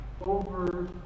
over